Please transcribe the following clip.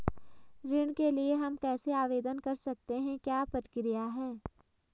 ऋण के लिए हम कैसे आवेदन कर सकते हैं क्या प्रक्रिया है?